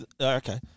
Okay